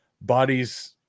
bodies